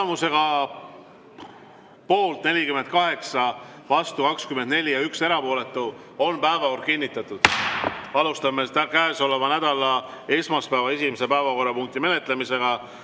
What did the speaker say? Tulemusega poolt 48, vastu 24 ja 1 erapooletu, on päevakord kinnitatud. Alustame käesoleva nädala esmaspäeva esimese päevakorrapunkti menetlemist.